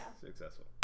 successful